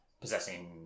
possessing